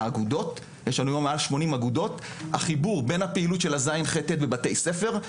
בסוף אותו איגוד עושה את הפעילות באמצעות התאחדות הספורט לבתי הספר,